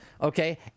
okay